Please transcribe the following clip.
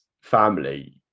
family